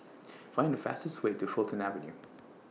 Find The fastest Way to Fulton Avenue